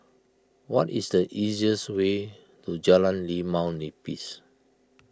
what is the easiest way to Jalan Limau Nipis